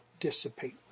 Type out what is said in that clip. dissipate